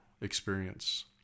experience